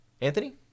Anthony